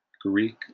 Greek